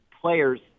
players